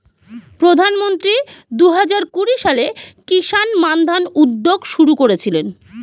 প্রধানমন্ত্রী দুহাজার কুড়ি সালে কিষান মান্ধান উদ্যোগ শুরু করেছিলেন